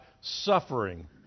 suffering